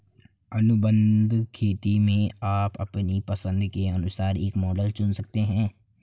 अनुबंध खेती में आप अपनी पसंद के अनुसार एक मॉडल चुन सकते हैं